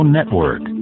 Network